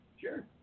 Sure